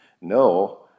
No